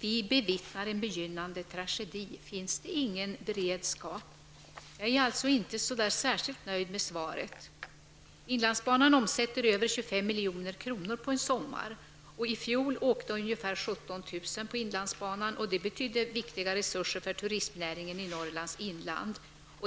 Vi bevittnar en begynnande tragedi. Finns det ingen beredskap? Jag är alltså inte särskilt nöjd med svaret. Inlandsbanan omsätter över 25 milj.kr. på en sommar. I fjol åkte ungefär 17 000 personer på inlandsbanan. Det betyder viktiga resurser för turistnäringen i Norrlands inland.